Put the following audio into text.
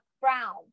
brown